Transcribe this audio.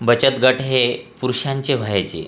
बचत गट हे पुरुषांचे व्हायचे